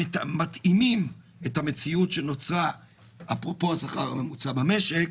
מתאימים את המציאות שנוצרה אפרופו השכר הממוצע במשק